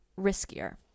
riskier